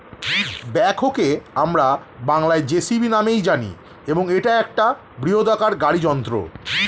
ব্যাকহোকে আমরা বংলায় জে.সি.বি নামেই জানি এবং এটা একটা বৃহদাকার গাড়ি যন্ত্র